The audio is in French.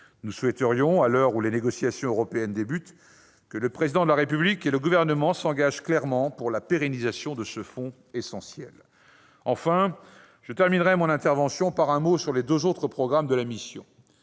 Nous souhaiterions, à l'heure où les négociations européennes débutent, que le Président de la République et le Gouvernement s'engagent clairement pour la pérennisation de ce fonds. Enfin, je terminerai mon intervention par un mot sur les deux autres programmes de la mission.